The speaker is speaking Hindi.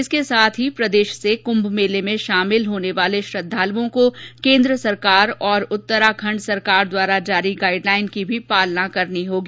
इसके साथ ही प्रदेश से कुंम मेले में शामिल होने वाले श्रद्वालुओं को केन्द्र सरकार और उत्तराखंड सरकार द्वारा जारी गाइड लाइन की भी पालना करनी होगी